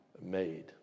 made